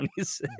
26